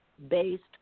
based